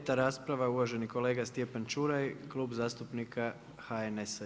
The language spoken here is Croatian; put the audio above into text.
Peta rasprava, uvaženi kolega Stjepan Čuraj, Klub zastupnika HNS-a.